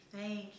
Thank